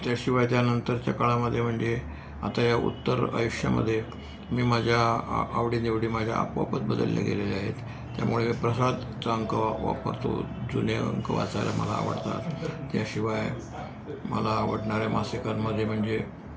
त्याशिवाय त्यानंतरच्या काळामध्ये म्हणजे आता या उत्तर आयुष्यामध्ये मी माझ्या आ आवडीनवडी माझ्या आपोआपच बदलल्या गेलेल्या आहेत त्यामुळे प्रसादचा अंक वा वापरतो जुने अंक वाचायला मला आवडतात त्याशिवाय मला आवडणाऱ्या मासिकांमध्ये म्हणजे